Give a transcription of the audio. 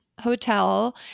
hotel